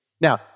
Now